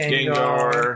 Gengar